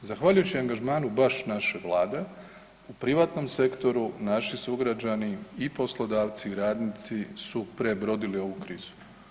Zahvaljujući angažmanu baš naše vlade u privatnom sektoru naši sugrađani i poslodavci i radnici su prebrodili ovu krizu.